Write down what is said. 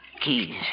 Keys